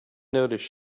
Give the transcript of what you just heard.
noticed